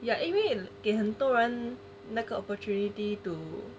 ya 因为给很多人那个 opportunity to